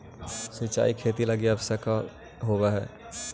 सिंचाई खेती लगी आवश्यक होवऽ हइ